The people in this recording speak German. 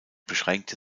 beschränkte